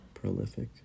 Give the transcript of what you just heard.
Prolific